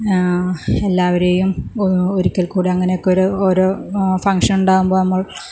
എല്ലാവരെയും ഒരിക്കൽ കൂടി അങ്ങനെയൊക്കെയൊരു ഓരോ ഫങ്ഷനുണ്ടാകുമ്പോൾ നമ്മൾ